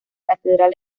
catedral